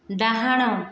ଡାହାଣ